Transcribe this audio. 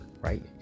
right